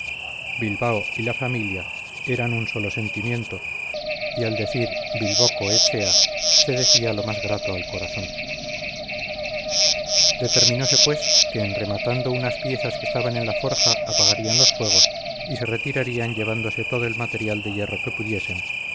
bilbao y la familia eran un solo sentimiento y al decir bilboko echea se decía lo más grato al corazón determinose pues que en rematando unas piezas que estaban en la forja apagarían los fuegos y se retirarían llevándose todo el material de hierro que pudiesen